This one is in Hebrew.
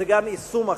זה גם יישום החקיקה.